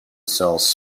sells